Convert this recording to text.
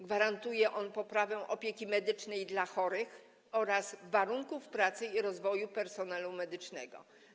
Gwarantuje on poprawę opieki medycznej dla chorych oraz poprawę warunków pracy i rozwoju personelu medycznego.